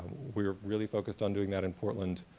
we are really focused on doing that in portland,